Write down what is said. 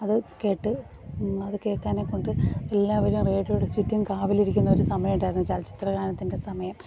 അതു കേട്ട് അത് കേൾക്കുന്നതിനെക്കൊണ്ട് എല്ലാവരും റേഡിയോടെ ചുറ്റും കാവലിരിക്കുന്ന ഒരു സമയമുണ്ടായിരുന്നു ചലച്ചിത്ര ഗാനത്തിൻ്റെ സമയം